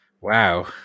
Wow